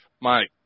Mike